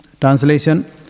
Translation